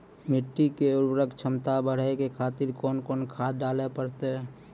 मिट्टी के उर्वरक छमता बढबय खातिर कोंन कोंन खाद डाले परतै?